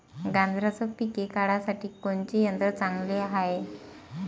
गांजराचं पिके काढासाठी कोनचे यंत्र चांगले हाय?